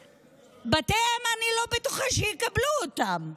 "בתי אם" אני לא בטוחה שיקבלו אותם.